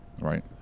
right